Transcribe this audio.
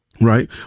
Right